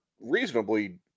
reasonably